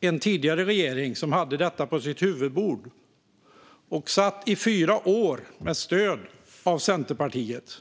Den tidigare regeringen hade detta på sitt huvudbord, och den satt i fyra år med stöd av Centerpartiet,